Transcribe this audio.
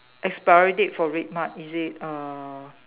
expiry date for RedMart is it uh